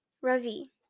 Ravi